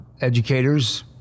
educators